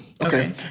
Okay